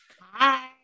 Hi